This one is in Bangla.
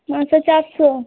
আচ্ছা চারশো